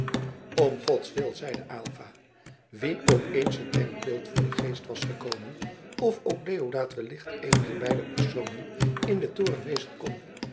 om godswil zeide aylva wien opeens het denkbeeld voor den geest was gekomen of ook deodaat wellicht een dier beide personen in den toren wezen kon